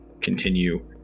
continue